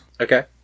Okay